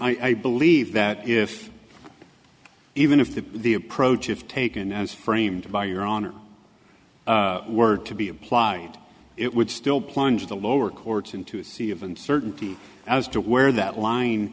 honor i believe that if even if that the approach of taken as framed by your honor were to be applied it would still plunge the lower courts into a sea of uncertainty as to where that line